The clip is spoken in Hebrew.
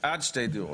עד שתי דירות.